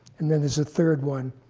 and then there's a third one,